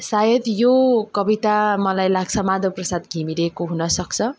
सायद यो कविता मलाई लाग्छ माधव प्रसाद घिमिरेको हुन सक्छ